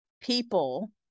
people